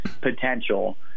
potential